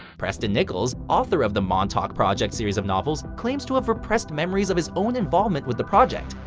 preston nichols, author of the montauk project series of novels, claims to have repressed memories of his own involvement with the project.